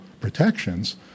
protections